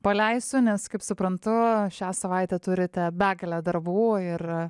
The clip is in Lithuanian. paleisiu nes kaip suprantu šią savaitę turite begalę darbų ir